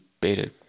beta